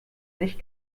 nicht